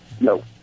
No